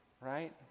right